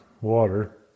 water